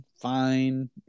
Fine